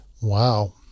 wow